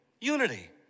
Unity